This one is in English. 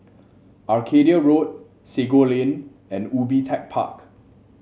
Arcadia Road Sago Lane and Ubi Tech Park